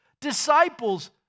disciples